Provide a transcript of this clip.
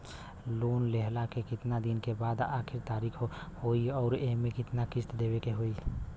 Loan लेहला के कितना दिन के बाद आखिर तारीख होई अउर एमे कितना किस्त देवे के होई?